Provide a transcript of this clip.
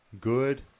good